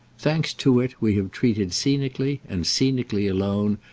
thanks to it we have treated scenically, and scenically alone,